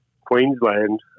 Queensland